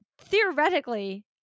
theoretically